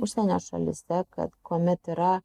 užsienio šalyse kad kuomet yra